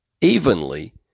evenly